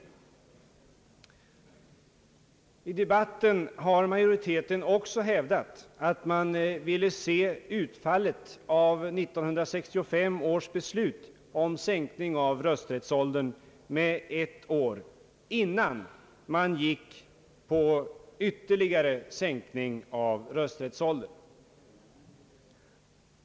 I debatten har majoriteten också hävdat att man ville se utfallet av 1965 års beslut om sänkning av rösträttsåldern med ett år, innan man bestämde sig för ytterligare sänkning av rösträttsåldern.